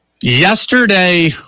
Yesterday